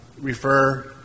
refer –